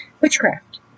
witchcraft